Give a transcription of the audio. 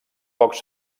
pocs